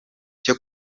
cyo